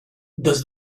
does